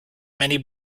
many